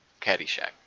Caddyshack